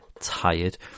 tired